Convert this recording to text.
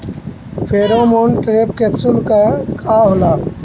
Pheromone trap capsule में का होला?